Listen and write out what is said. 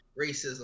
racism